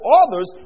others